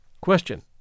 Question